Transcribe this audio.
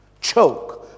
choke